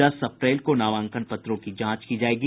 दस अप्रैल को नामांकन पत्रों की जांच की जायेगी